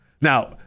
Now